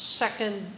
second